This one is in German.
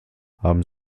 haben